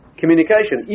communication